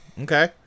Okay